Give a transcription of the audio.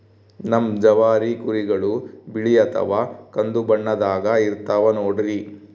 ನಮ್ ಜವಾರಿ ಕುರಿಗಳು ಬಿಳಿ ಅಥವಾ ಕಂದು ಬಣ್ಣದಾಗ ಇರ್ತವ ನೋಡ್ರಿ